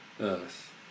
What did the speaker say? earth